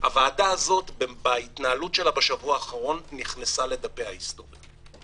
- הוועדה הזאת בהתנהלות שלה בשבוע האחרון נכנסה לדפי ההיסטוריה,